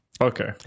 Okay